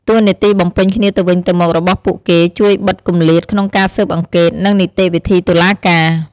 តួនាទីបំពេញគ្នាទៅវិញទៅមករបស់ពួកគេជួយបិទគម្លាតក្នុងការស៊ើបអង្កេត និងនីតិវិធីតុលាការ។